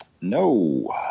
no